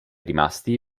rimasti